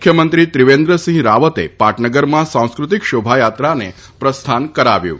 મુખ્યમંત્રી ત્રિવેન્દ્રસિંહ રાવતે પાટનગરમાં સાંસ્કૃતિક શોભાયાત્રાને પ્રસ્થાન કરાવ્યું હતું